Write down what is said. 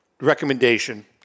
recommendation